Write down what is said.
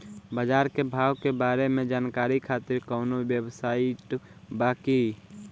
बाजार के भाव के बारे में जानकारी खातिर कवनो वेबसाइट बा की?